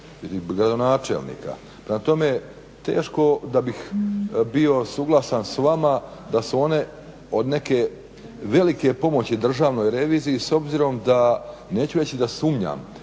tome, teško da bih bio suglasan s vama da su one od neke velike pomoći Državnoj reviziji s obzirom da neću reći da sumnjam